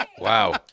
Wow